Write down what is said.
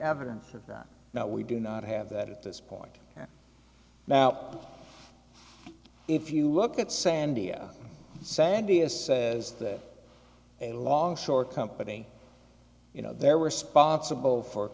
evidence for that now we do not have that at this point now if you look at sandia sandy as says that a long short company you know there were sponsible for